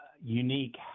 unique